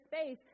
space